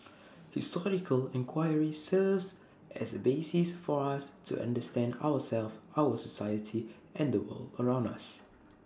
historical enquiry serves as A basis for us to understand ourselves our society and the world around us